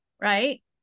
right